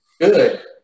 good